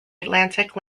atlantic